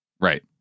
Right